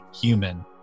Human